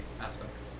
aspects